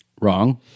Wrong